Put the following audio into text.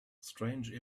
strange